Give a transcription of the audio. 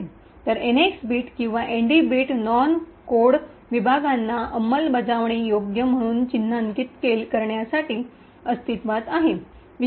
तर NX bit किंवा ND bit non code विभागांना अंमलबजावणीयोग्य म्हणून चिन्हांकित करण्यासाठी अस्तित्वात आहे